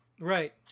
right